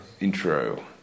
Intro